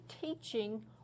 teaching